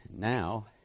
Now